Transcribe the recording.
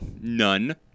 None